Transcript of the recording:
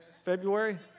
February